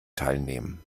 teilnehmen